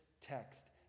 text